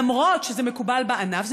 אף שזה מקובל בענף,